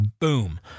Boom